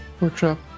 workshop